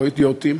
לא אידיוטים,